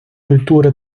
культури